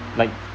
like